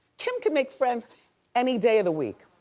kim could make friends any day of the week,